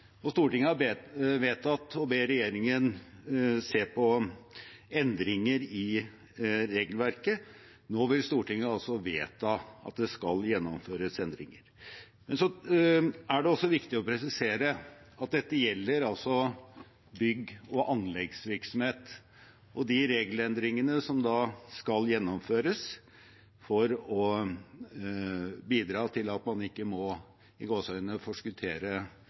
og Stortinget har vedtatt å be regjeringen se på endringer i regelverket. Nå vil Stortinget vedta at det skal gjennomføres endringer. Så er det også viktig å presisere at dette gjelder bygge- og anleggsvirksomhet. De regelendringene som skal gjennomføres for å bidra til at man ikke må